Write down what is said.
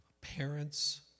parents